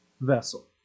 vessel